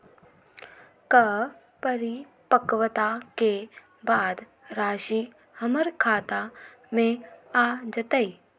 का परिपक्वता के बाद राशि हमर खाता में आ जतई?